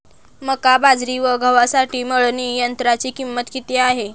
मका, बाजरी व गव्हासाठी मळणी यंत्राची किंमत किती आहे?